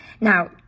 Now